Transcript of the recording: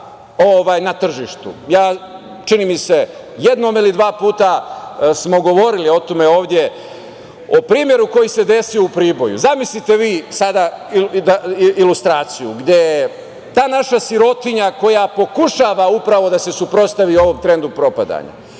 na tržištu. Čini mi se jednom ili dva puta smo govorili o tome ovde, o primeru koji se desio u Priboju. Zamislite vi sada ilustraciju gde ta naša sirotinja koja pokušava upravo da se suprotstavi ovom trendu propadanja,